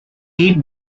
hit